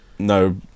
no